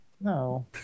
No